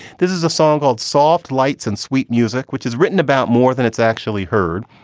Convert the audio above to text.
this is a song called soft lights and sweet music, which is written about more than it's actually heard.